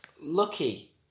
Lucky